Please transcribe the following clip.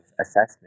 assessment